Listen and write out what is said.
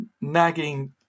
nagging